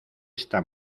esta